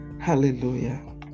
Hallelujah